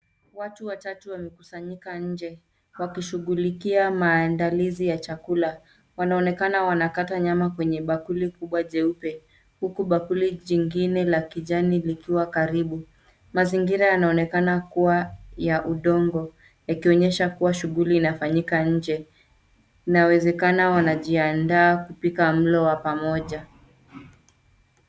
Watu watatu wamekusanyika nje, wakishughulikia maandalizi ya chakula. Wanaonekana wanakata nyama kwenye bakuli kubwa jeupe, huku bakuli jingine la kijani likiwa karibu. Mazingira yanaonekana kuwa ya udongo, yakionyesha kuwa shughuli inafanyika nje. Inawezekana wanajiandaa kupika mlo wa pamoja.